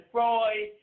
Freud